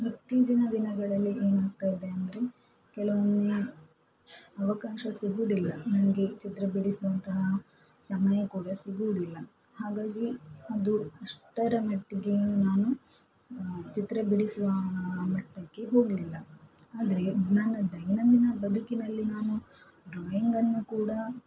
ಇತ್ತೀಚಿನ ದಿನಗಳಲ್ಲಿ ಏನಾಗ್ತಾ ಇದೆ ಅಂದರೆ ಕೆಲವೊಮ್ಮೆ ಅವಕಾಶ ಸಿಗುವುದಿಲ್ಲ ನನಗೆ ಚಿತ್ರ ಬಿಡಿಸುವಂತಹ ಸಮಯ ಕೂಡ ಸಿಗುವುದಿಲ್ಲ ಹಾಗಾಗಿ ಅದು ಅಷ್ಟರ ಮಟ್ಟಿಗೆ ನಾನು ಚಿತ್ರ ಬಿಡಿಸುವ ಮಟ್ಟಕ್ಕೆ ಹೋಗಲಿಲ್ಲ ಆದರೆ ನನ್ನ ದೈನಂದಿನ ಬದುಕಿನಲ್ಲಿ ನಾನು ಡ್ರಾಯಿಂಗನ್ನು ಕೂಡ